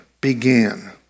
began